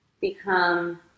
become